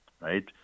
right